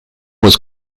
was